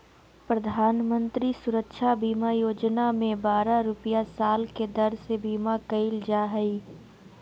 प्रधानमंत्री सुरक्षा बीमा योजना में बारह रुपया साल के दर से बीमा कईल जा हइ